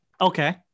Okay